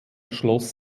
schloss